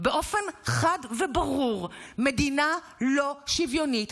באופן חד וברור מדינה לא שוויונית,